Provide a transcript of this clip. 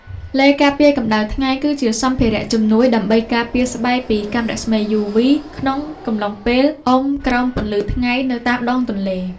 ឡេការពារកម្ដៅថ្ងៃ គឺជាសម្ភារៈជំនួយដើម្បីការពារស្បែកពីកាំរស្មីយូវី ក្នុងកំឡុងពេលអុំក្រោមពន្លឺថ្ងៃនៅតាមដងទន្លេ។